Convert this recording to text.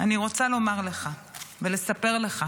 אני רוצה לומר לך ולספר לך